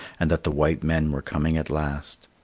and that the white men were coming at last.